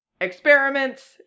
experiments